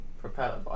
propeller